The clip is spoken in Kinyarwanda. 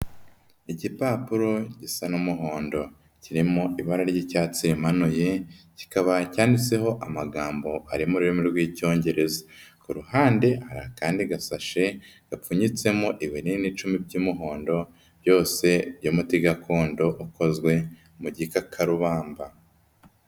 Igipapuro gisa n'umuhondo, kirimo ibara ry'icyatsi rimanuye, kikaba cyanditseho amagambo ari mu rurimi rw'Icyongereza, ku ruhande hari akandi gasashe gapfunyitsemo ibinini icumi by'umuhondo byose by'umuti gakondo ukozwe mu gikakarubamba.